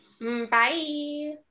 Bye